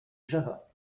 java